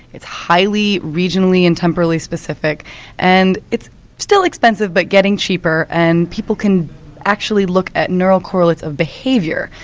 it's highly regionally and temporally specific and it's still expensive but getting cheaper and people can actually look at neural correlates of behaviour,